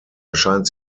erscheint